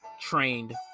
trained